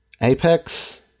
Apex